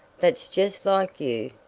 that's just like you,